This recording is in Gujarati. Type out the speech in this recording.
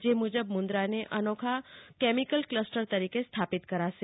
જે મુખ્ય મુંદરાને અનોખા કેમીકલ કલસ્ટર તરીકે સ્થાપિત કરાશે